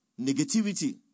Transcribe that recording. Negativity